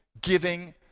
giving